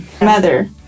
mother